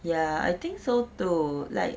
ya I think so too like